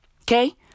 Okay